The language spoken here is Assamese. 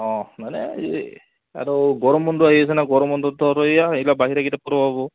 অঁ মানে এই আৰু গৰম বন্ধ আহি আছে নহ্ গৰম বন্ধত ধৰ এইয়া বাহিৰা কিতাপ পঢ়িব পাব